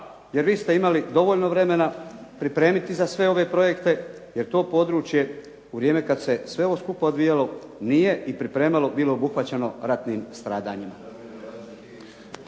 jer vi ste imali dovoljno vremena pripremiti za sve ove projekte jer to područje u vrijeme kad se sve ovo skupa odvijalo nije i pripremalo bilo obuhvaćeno ratnim stradanjima.